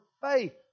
faith